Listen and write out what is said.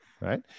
Right